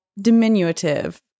diminutive